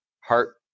heart